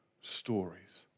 stories